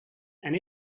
and